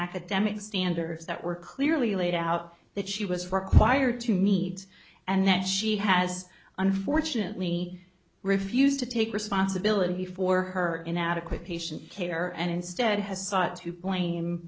academic standards that were clearly laid out that she was required to needs and that she has unfortunately refused to take responsibility for her inadequate patient care and instead has sought to blame